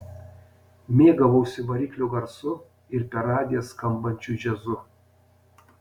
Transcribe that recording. mėgavausi variklio garsu ir per radiją skambančiu džiazu